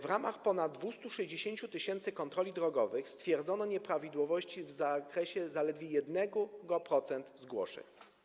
W ramach ponad 260 tys. kontroli drogowych stwierdzono nieprawidłowości w zakresie zaledwie 1% zgłoszeń.